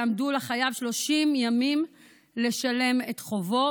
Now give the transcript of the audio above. יעמדו לחייב 30 ימים לשלם את חובו,